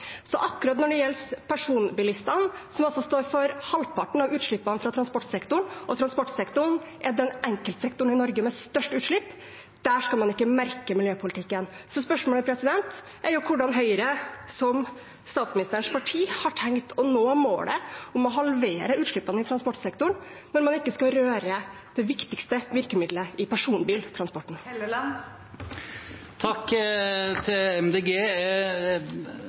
Så akkurat når det gjelder personbilistene, som altså står for halvparten av utslippene fra transportsektoren – og transportsektoren er den enkeltsektoren i Norge med størst utslipp – skal man ikke merke miljøpolitikken. Spørsmålet er hvordan Høyre, som statsministerens parti, har tenkt å nå målet om å halvere utslippene i transportsektoren, når man ikke skal røre det viktigste virkemidlet, i personbiltransporten. Takk til MDG.